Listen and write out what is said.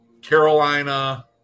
Carolina